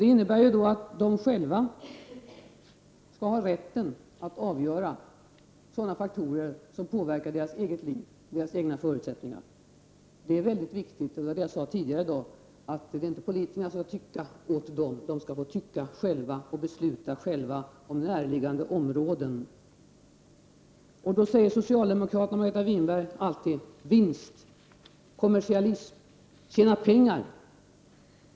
Det innebär att människorna själva skall ha rätt att avgöra sådana faktorer som påverkar deras egna liv och förutsättningar. Det är mycket viktigt. Och jag sade tidigare i dag att det inte är politikerna som skall tycka åt människorna, utan människorna skall få tycka och fatta beslut själva om närliggande områden. Då säger socialdemokraterna och Margareta Winberg alltid: vinst, kommersialism, tjäna pengar.